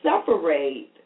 separate